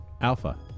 Alpha